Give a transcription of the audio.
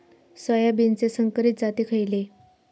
सोयाबीनचे संकरित जाती खयले?